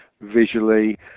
visually